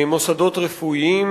מוסדות רפואיים.